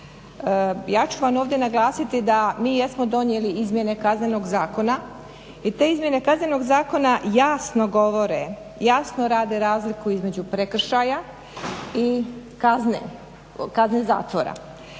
Ja ću vam ovdje naglasiti da mi jesmo donijeli izmjene Kaznenog zakona i te izmjene kaznenog zakona jasno govore, jasno rade razliku između prekršaja i kazne, kazne zatvora.